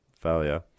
failure